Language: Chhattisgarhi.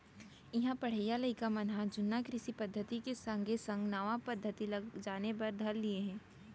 इहां पढ़इया लइका मन ह जुन्ना कृषि पद्धति के संगे संग नवा पद्धति ल जाने बर धर लिये हें